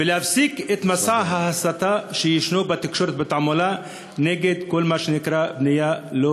ולהפסיק את מסע ההסתה בתקשורת ואת התעמולה נגד כל מה שנקרא בנייה לא